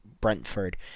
Brentford